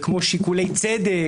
כמו "שיקולי צדק",